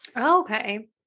Okay